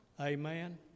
Amen